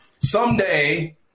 someday